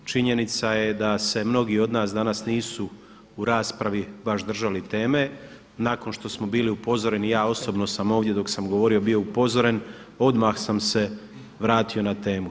Činjenica je da se mnogi od nas danas nisu u raspravi baš držali teme, nakon što smo bili upozoreni, ja osobno sam ovdje dok sam govorio bio upozoren, odmah sam se vratio na temu.